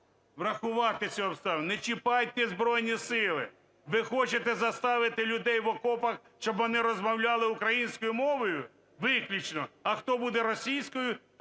врахувати ці обставини. Не чіпайте Збройні Сили. Ви хочете заставити людей в окопах, щоб вони розмовляли українською мовою виключно, а хто буде російською,